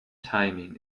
timing